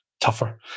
tougher